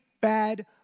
bad